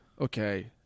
okay